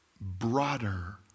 broader